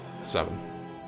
Seven